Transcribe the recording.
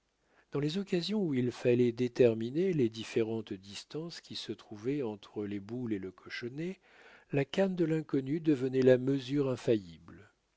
dans les occasions où il fallait déterminer les différentes distances qui se trouvaient entre les boules et le cochonnet la canne de l'inconnu devenait la mesure infaillible